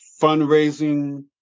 fundraising